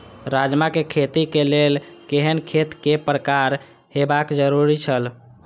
राजमा के खेती के लेल केहेन खेत केय प्रकार होबाक जरुरी छल?